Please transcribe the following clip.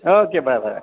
O K bye by